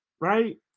right